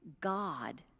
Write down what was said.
God